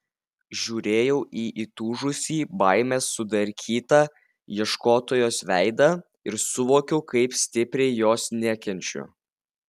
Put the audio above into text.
žiūrėjau į įtūžusį baimės sudarkytą ieškotojos veidą ir suvokiau kaip stipriai jos nekenčiu